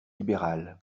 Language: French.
libéral